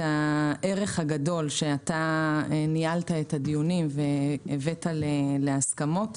הערך הגדול שניהלת את הדיונים והבאת להסכמות.